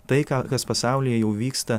tai ką kas pasaulyje jau vyksta